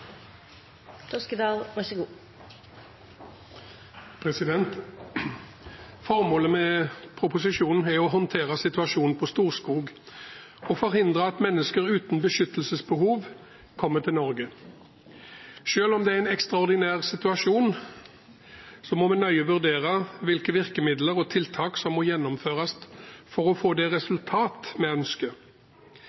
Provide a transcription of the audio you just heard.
å håndtere situasjonen på Storskog og forhindre at mennesker uten beskyttelsesbehov kommer til Norge. Selv om det er en ekstraordinær situasjon, må vi nøye vurdere hvilke virkemidler og tiltak som må gjennomføres for å få det